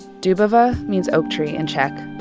dubova means oak tree in czech.